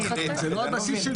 זה לא על בסיס של